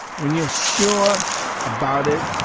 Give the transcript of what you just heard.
when you're sure about it,